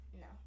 No